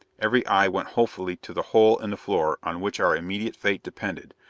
every eye went hopefully to the hole in the floor on which our immediate fate depended,